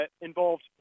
involved